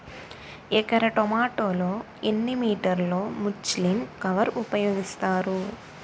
ఎకర టొమాటో లో ఎన్ని మీటర్ లో ముచ్లిన్ కవర్ ఉపయోగిస్తారు?